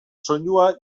soinua